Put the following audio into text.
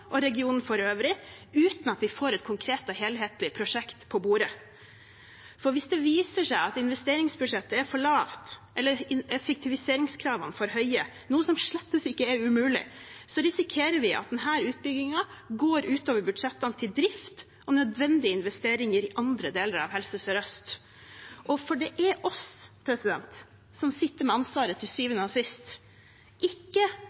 i regionen for øvrig, uten at vi får et konkret og helhetlig prosjekt på bordet. Hvis det viser seg at investeringsbudsjettet er for lavt, eller effektiviseringskravene for høye, noe som slett ikke er umulig, risikerer vi at denne utbyggingen går ut over budsjettene til drift og nødvendige investeringer i andre deler av Helse Sør-Øst. Det er vi som sitter med ansvaret til syvende og sist, ikke